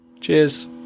Cheers